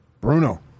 Bruno